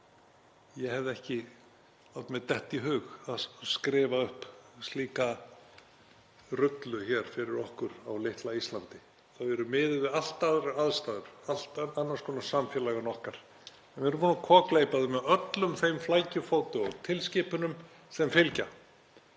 ég hefði ekki látið mér detta í hug að skrifa upp slíka rullu hér fyrir okkur á litla Íslandi. Þau eru miðuð við allt aðrar aðstæður, allt annars konar samfélag en okkar, en við verðum að kokgleypa þau með öllum þeim flækjufótum og tilskipunum sem fylgja.